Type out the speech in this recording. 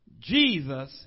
Jesus